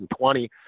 2020